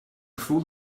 fool